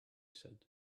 said